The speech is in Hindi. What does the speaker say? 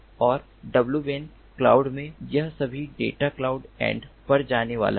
और w ban क्लाउड में यह सभी डेटा क्लाउड एंड पर जाने वाला है